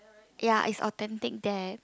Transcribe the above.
ya is authentic there